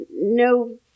no